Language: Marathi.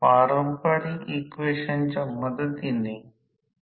a n 1 nआहे a n 1 n २